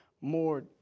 more